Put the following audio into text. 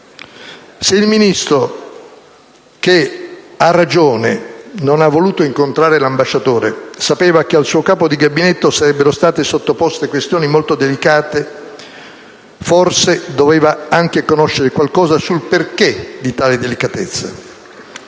Se il Ministro, che, a ragione, non ha voluto incontrare l'ambasciatore, sapeva che al suo capo di gabinetto sarebbero state sottoposte questioni molto delicate, forse doveva anche conoscere qualcosa sul perché di tale delicatezza.